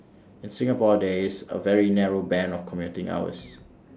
in Singapore there is A very narrow Band of commuting hours